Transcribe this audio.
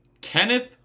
Kenneth